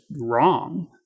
wrong